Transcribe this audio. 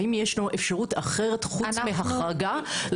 האם יש אפשרות אחרת חוץ מהחרגה,